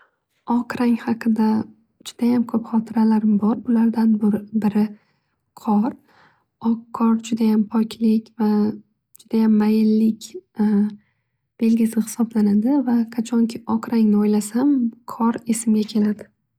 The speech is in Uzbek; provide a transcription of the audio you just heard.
Oq rang haqida judayam ko'p xotiralarim bor. Bulardan biri qor oq qor judayam poklik va judayam mayinlik belgisi hisoblanadi. Va qachonki oq rangni o'ylasam qor esimga keladi.